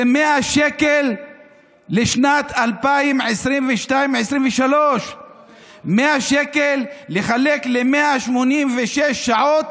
זה 100 שקל לשנת 2023-2022. 100 שקל לחלק ל-186 שעות